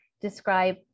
describe